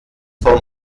vom